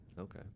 Okay